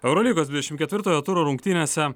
eurolygos dvidešim ketvirtojo turo rungtynėse